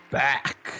back